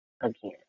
again